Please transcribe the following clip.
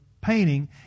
painting